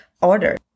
order